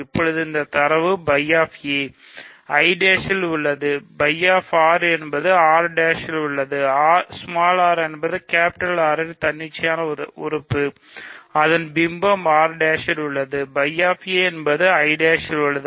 இப்போது இந்த தரவு φ என்பது I ல் உள்ளது